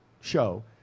show